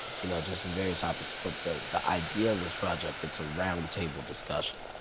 you know just some various topics. but the the idea of this project, it's a round table discussion.